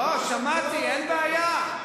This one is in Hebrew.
אין בעיה.